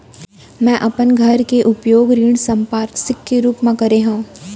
मै अपन घर के उपयोग ऋण संपार्श्विक के रूप मा करे हव